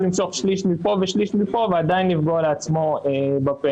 למסור שליש מפה ושליש מפה ועדיין יפגע לעצמו בפנסיה.